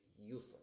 useless